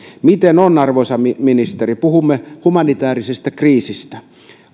miten on arvoisa ministeri puhumme humanitäärisestä kriisistä